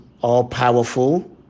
all-powerful